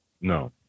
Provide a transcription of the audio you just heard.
No